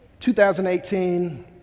2018